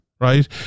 right